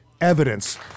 evidence